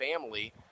family